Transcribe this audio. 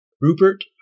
Rupert